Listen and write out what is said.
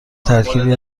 ترکیبی